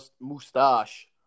mustache